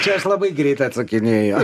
čia aš labai greit atsakinėju